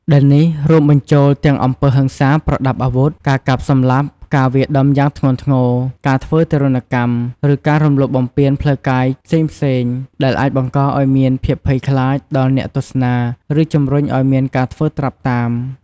ដែលនេះរួមបញ្ចូលទាំងអំពើហិង្សាប្រដាប់អាវុធ ការកាប់សម្លាប់ ការវាយដំយ៉ាងធ្ងន់ធ្ងរ ការធ្វើទារុណកម្ម ឬការរំលោភបំពានផ្លូវកាយផ្សេងៗ ដែលអាចបង្កឲ្យមានភាពភ័យខ្លាចដល់អ្នកទស្សនា ឬជំរុញឲ្យមានការធ្វើត្រាប់តាម។